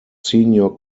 senior